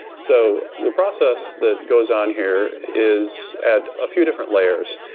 so the process that goes on here is add a few different layers.